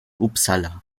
uppsala